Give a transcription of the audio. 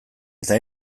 eta